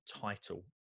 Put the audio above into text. title